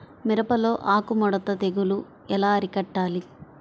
మిరపలో ఆకు ముడత తెగులు ఎలా అరికట్టాలి?